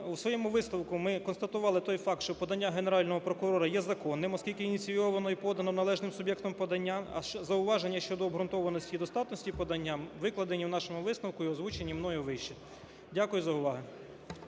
у своєму висновку ми констатували той факт, що подання Генерального прокурора є законним, оскільки ініційовано й подано належним суб'єктом подання, а зауваження щодо обґрунтованості і достатності подання викладені в нашому висновку і озвучені мною вище. Дякую за увагу.